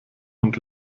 und